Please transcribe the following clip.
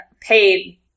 paid